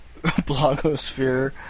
blogosphere